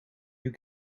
you